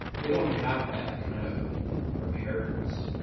they don't have that kind of preparedness.